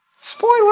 Spoiler